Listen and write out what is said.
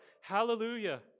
Hallelujah